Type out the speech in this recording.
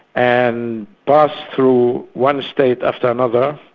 and pass through one state after another.